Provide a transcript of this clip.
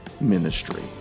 ministry